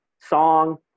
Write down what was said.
song